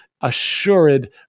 assured